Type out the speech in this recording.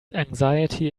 anxiety